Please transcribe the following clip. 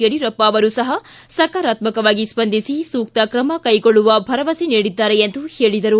ಯಡಿಯೂರಪ್ಪ ಅವರು ಸಪ ಸಕಾರಾತ್ಮಕವಾಗಿ ಸ್ಪಂದಿಸಿ ಸೂಕ್ತ ಕ್ರಮ ಕೈಗೊಳ್ಳುವ ಭರಮಸೆ ನೀಡಿದ್ದಾರೆ ಎಂದು ಹೇಳಿದರು